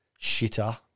shitter